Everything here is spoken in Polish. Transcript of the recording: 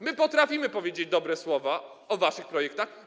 My potrafimy powiedzieć dobre słowa o waszych projektach.